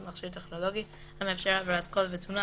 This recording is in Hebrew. מכשיר טכנולוגי המאפשר העברת קול ותמונה,